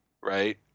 right